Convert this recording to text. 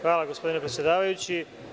Hvala gospodine predsedavajući.